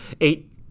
eight